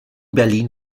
berlin